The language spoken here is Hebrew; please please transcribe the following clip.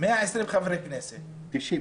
120 חברי כנסת --- 90.